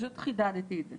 פשוט חידדתי את זה.